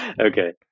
okay